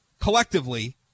collectively